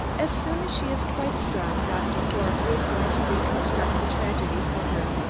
as soon as she is quite strong, doctor forbes is going to reconstruct the tragedy for her,